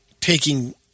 taking